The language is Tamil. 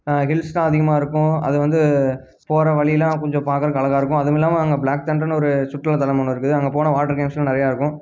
ஹில்ஸ் தான் அதிகமாக இருக்கும் அது வந்து போகிற வழில கொஞ்சம் பார்க்குறக்கு அழகா இருக்கும் அதுவும் இல்லாமல் அங்கே ப்ளாக் தண்டர்னு ஒரு சுற்றுலாத்தலம் ஒன்று இருக்குது அங்கே போனால் வாட்டர் கேம்ஸ்ஸெலாம் நிறையா இருக்கும்